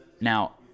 now